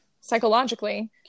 Psychologically